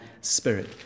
Spirit